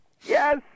Yes